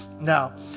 now